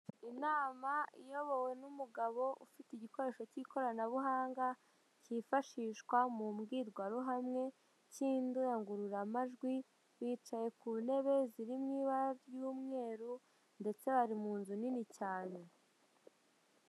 Inama iyobowe n'umugabo ufite igikoresho cy'ikoranabuhanga cyifashishwa mu mbwirwaruhame cy'indangururamajwi, bicaye ku ntebe zirimo ibara ry'umweru ndetse bari mu nzu nini cyane.